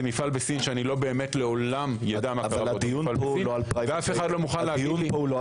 מפעל בסין שאני לעולם לא אדע- -- אבל הדיון פה הוא לא על פרייבד לייבל